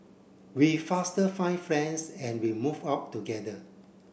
we faster find friends and we move out together